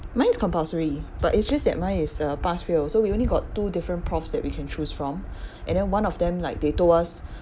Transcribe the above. mine is compulsory but it's just that that mine is uh pass fail so we only got two different profs that we can choose from and then one of them like they told us